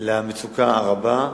למצוקה הרבה,